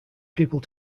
people